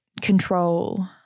control